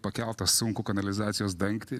pakelt tą sunkų kanalizacijos dangtį